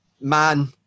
Man